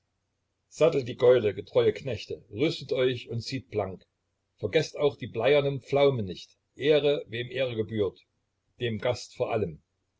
sattelt die gäule getreue knechte rüstet euch und zieht blank vergeßt auch die bleiernen pflaumen nicht ehre wem ehre gebührt dem gast vor allem